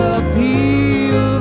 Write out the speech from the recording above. appeal